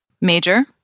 major